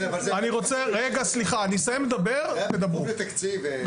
זה היה כפוף לתקציב.